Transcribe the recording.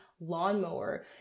lawnmower